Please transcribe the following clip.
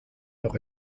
noch